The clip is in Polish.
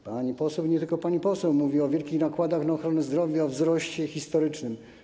Pani poseł, nie tylko pani poseł mówiła o wielkich nakładach na ochronę zdrowia, o wzroście historycznym.